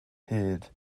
hud